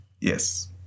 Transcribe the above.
Yes